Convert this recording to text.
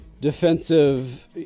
defensive